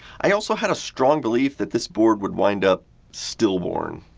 i also had a strong belief that this board would wind up still born.